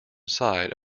side